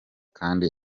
kandi